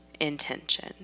intention